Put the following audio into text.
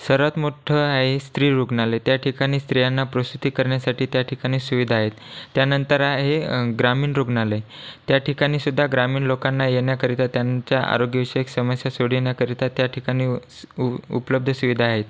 सर्वात मोठं आहे स्त्री रुग्णालय त्या ठिकाणी स्त्रियांना प्रसूती करण्यासाठी त्या ठिकाणी सुविधा आहेत त्यानंतर आहे ग्रामीण रुग्णालय त्या ठिकाणी सुद्धा ग्रामीण लोकांना येण्याकरिता त्यांच्या आरोग्यविषयक समस्या सोडविण्याकरिता त्या ठिकाणी उ उ उपलब्ध सुविधा आहेत